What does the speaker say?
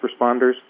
responders